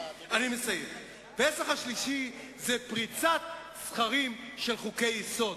פסח השלישי זה פריצת סכרים של חוקי-יסוד.